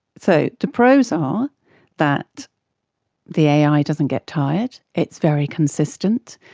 so the pros are that the ai doesn't get tired, it's very consistent,